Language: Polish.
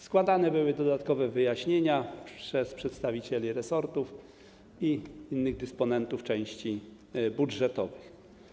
Składane były dodatkowe wyjaśnienia przez przedstawicieli resortów i innych dysponentów części budżetowych.